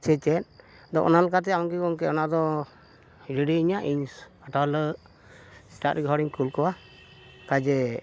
ᱥᱮᱪᱮᱫ ᱟᱫᱚ ᱚᱱᱟ ᱞᱮᱠᱟᱛᱮ ᱟᱢᱜᱮ ᱜᱚᱢᱠᱮ ᱚᱱᱟ ᱫᱚ ᱨᱮᱰᱤᱭᱤᱧᱟᱹ ᱤᱧ ᱟᱴᱷᱟᱨᱚ ᱦᱤᱞᱞᱳᱜ ᱥᱮᱛᱟᱜ ᱨᱮᱜᱮ ᱦᱚᱲᱤᱧ ᱠᱩᱞ ᱠᱚᱣᱟ ᱡᱮ